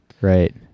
Right